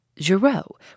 Giraud